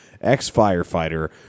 ex-firefighter